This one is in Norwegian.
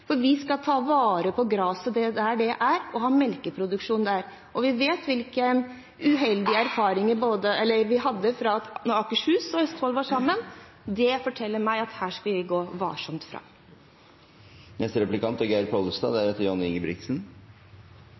for vi skal ta vare på graset der det er, og ha melkeproduksjon der. Vi vet hvilke uheldige erfaringer vi hadde da Akershus og Østfold var sammen. Det forteller meg at her skal vi gå varsomt fram.